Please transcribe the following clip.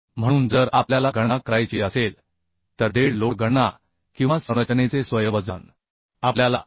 म्हणून जर आपल्याला गणना करायची असेल तर डेड लोड गणना किंवा संरचनेचे स्वयं वजन आपल्याला आय